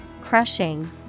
crushing